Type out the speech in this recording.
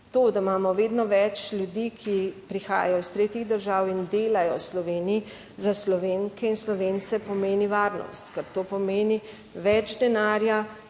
to, da imamo vedno več ljudi, ki prihajajo iz tretjih držav in delajo v Sloveniji, za Slovenke in Slovence pomeni varnost, ker to pomeni več denarja